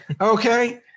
okay